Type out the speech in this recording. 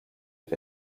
had